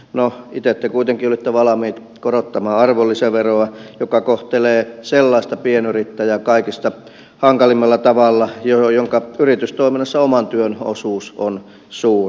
no itse te kuitenkin olitte valmiit korottamaan arvonlisäveroa joka kohtelee kaikista hankalimmalla tavalla sellaista pienyrittäjää jonka yritystoiminnassa oman työn osuus on suurin